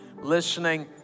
listening